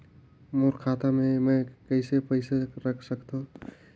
मोर खाता मे मै कतना पइसा रख सख्तो?